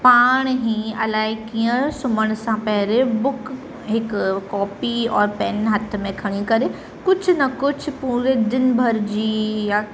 पाणेई अलाए कीअं सुम्हण सां पहिरें बुक हिकु कॉपी और पेन हथ में खणी करे कुझु न कुझु पूरे दिन भरिजी या